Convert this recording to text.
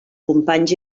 companys